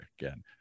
again